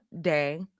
day